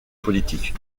politiques